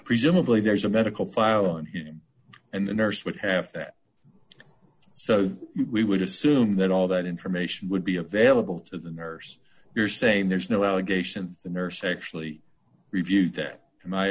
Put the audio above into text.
presumably there's a medical file on him and the nurse would have so we would assume that all that information would be available to the nurse you're saying there's no allegation the nurse actually reviewed that